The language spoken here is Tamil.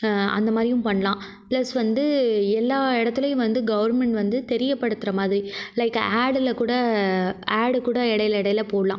அந்த மாதிரியும் பண்ணலாம் ப்ளஸ் வந்து எல்லா இடத்துலயும் வந்து கவுர்மெண்ட் வந்து தெரியப்படுத்துற மாதிரி லைக் ஆடில் கூட ஆடு கூட இடைல இடைலா போடலாம்